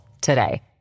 today